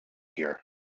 here